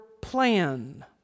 plan